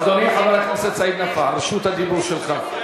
אדוני חבר הכנסת סעיד נפאע, רשות הדיבור שלך.